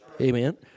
amen